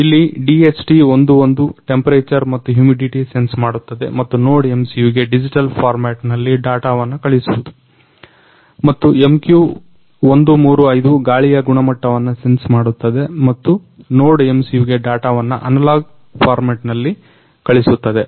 ಇಲ್ಲಿ DHT11 temperature ಮತ್ತು ಹ್ಯಮಿಡಿಟಿಯನ್ನ ಸೆನ್ಸ್ ಮಾಡುತ್ತದೆ ಮತ್ತು NodeMCU ಗೆ ಡಿಜಿಟಲ್ ಫಾರ್ಮೆಟ್ನಲ್ಲಿ ಡಾಟವನ್ನ ಕಳಿಸುವುದು ಮತ್ತು MQ135 ಗಾಳಿಯ ಗುಣನಟ್ಟವನ್ನ ಸೆನ್ಸ್ ಮಾಡುತ್ತದೆ ಮತ್ತು NodeMCU ಗೆ ಡಾಟವನ್ನ ಅನಲಾಗ್ ಫಾರ್ಮೆಟ್ನಲ್ಲಿ ಕಳಿಸುತ್ತದೆ